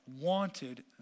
wanted